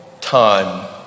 time